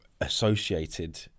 associated